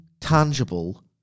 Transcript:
tangible